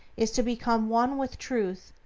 is to become one with truth,